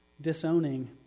disowning